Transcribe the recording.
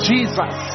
Jesus